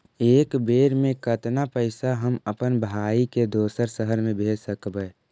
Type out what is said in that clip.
एक बेर मे कतना पैसा हम अपन भाइ के दोसर शहर मे भेज सकबै?